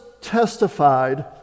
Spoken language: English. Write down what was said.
testified